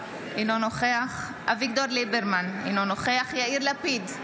אינו נוכח אביגדור ליברמן, אינו נוכח יאיר לפיד,